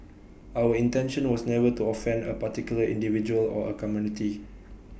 our intention was never to offend A particular individual or A community